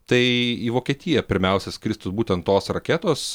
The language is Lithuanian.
tai į vokietiją pirmiausia skristų būtent tos raketos